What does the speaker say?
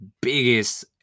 biggest